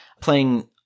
playing